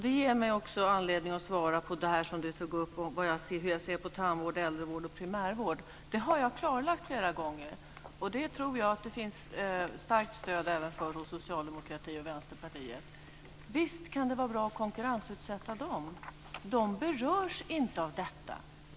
Det ger mig anledning att svara på hur jag ser på tandvård, äldrevård och primärvård. Det har jag klarlagt flera gånger. Det tror att det finns starkt stöd för även hos socialdemokratin och Vänsterpartiet. Visst kan det vara bra att konkurrensutsätta dem, de berörs inte av detta.